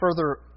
further